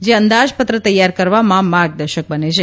જે અંદાજપત્ર તૈયાર કરવામાં માર્ગ દર્શક બને છે